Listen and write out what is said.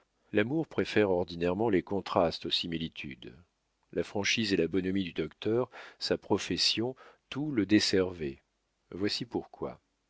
l'amour préfère ordinairement les contrastes aux similitudes la franchise et la bonhomie du docteur sa profession tout le desservait voici pourquoi